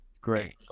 Great